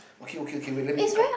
okay okay wait let me take out